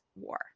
War